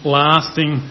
lasting